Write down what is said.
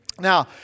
Now